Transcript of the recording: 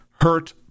hurt